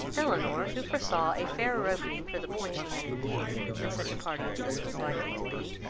elinor, who foresaw a fairer opening for the point she had in view, in such a party as this was likely to be,